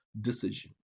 decision